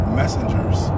messengers